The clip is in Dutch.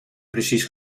precies